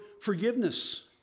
forgiveness